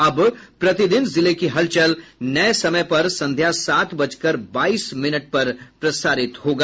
अब प्रतिदिन जिले की हलचल नये समय से संध्या सात बजकर बाइस मिनट पर प्रसारित होगा